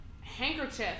handkerchief